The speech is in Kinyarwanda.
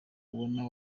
abona